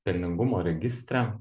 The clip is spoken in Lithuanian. pelningumo registre